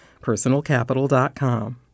personalcapital.com